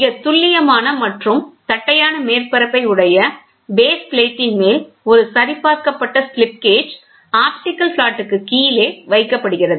மிகத் துல்லியமான மற்றும் தட்டையான மேற்பரப்பை உடைய பேஸ் பிளேடி இன் மேல் ஒரு சரி பார்க்கப்பட்ட ஸ்லிப் கேஜ் ஆப்டிகல் பிளாட்டுக்கு கீழே வைக்கப்படுகிறது